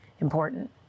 important